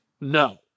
No